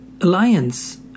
alliance